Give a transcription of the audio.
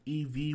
EV